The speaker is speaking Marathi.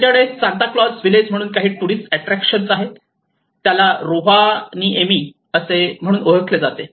त्यांच्याकडे सांताक्लॉज व्हिलेज म्हणून काही टुरिस्ट एट्रॅक्शन आहेत त्याला रोव्हानिएमी म्हणून ओळखले जाते